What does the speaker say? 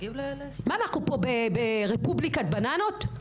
מה אנחנו פה, ברפובליקת בננות?